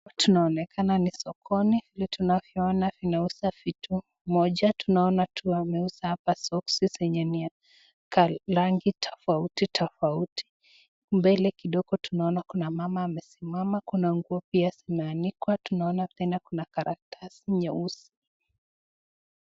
Tunaonekana ni sokoni. Vile tunavyoona vinauza vitu moja, tunaona tu wameuza hapa soksi zenye ni ya rangi tofauti tofauti. Mbele kidogo tunaona kuna mama amesimama, kuna nguo pia zimeanikwa, tunaona tena kuna karatasi nyeusi.